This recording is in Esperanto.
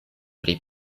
pri